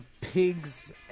pigs